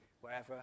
wherever